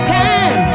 time